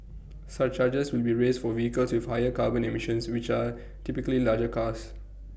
surcharges will be raised for vehicles with higher carbon emissions which are typically larger cars